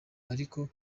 ariko